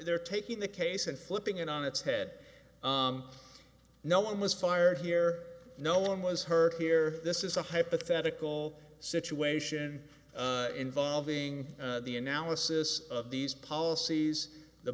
their taking the case and flipping it on its head no one was fired here no one was hurt here this is a hypothetical situation involving the analysis of these policies the